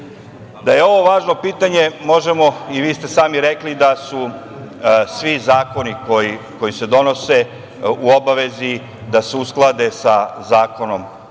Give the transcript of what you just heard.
je ovo važno pitanje, i vi ste sami rekli da su svi zakoni koji se donose u obavezi da se usklade sa Zakonom